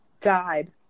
died